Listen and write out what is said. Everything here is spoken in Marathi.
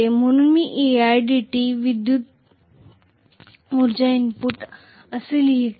म्हणून मी eidt विद्युत ऊर्जा इनपुट असे लिहित आहे